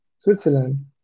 Switzerland